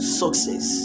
success